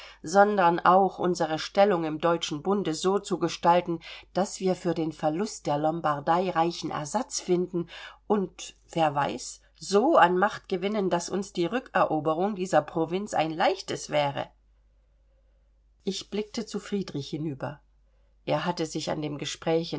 sondern auch unsere stellung im deutschen bunde so zu gestalten daß wir für den verlust der lombardei reichen ersatz finden und wer weiß so an macht gewinnen daß uns die rückeroberung dieser provinz ein leichtes wäre ich blickte zu friedrich hinüber er hatte sich an dem gespräche